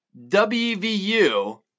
WVU